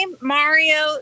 Mario